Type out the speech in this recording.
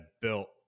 built